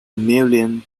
million